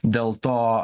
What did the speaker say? dėl to